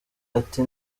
ati